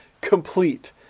complete